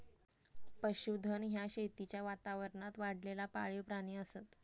पशुधन ह्या शेतीच्या वातावरणात वाढलेला पाळीव प्राणी असत